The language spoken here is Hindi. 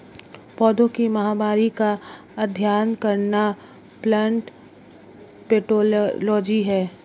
पौधों की महामारी का अध्ययन करना प्लांट पैथोलॉजी है